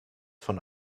von